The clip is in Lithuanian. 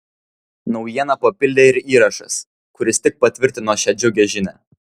naujieną papildė ir įrašas kuris tik patvirtino šią džiugią žinią